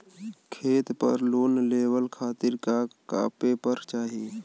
खेत पर लोन लेवल खातिर का का पेपर चाही?